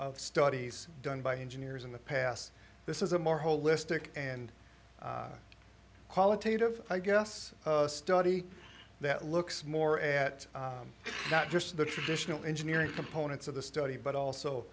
of studies done by engineers in the past this is a more holistic and qualitative i guess study that looks more at not just the traditional engineering components of the study but also